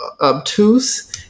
obtuse